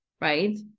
right